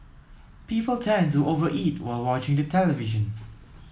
people tend to over eat while watching the television